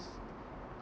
s~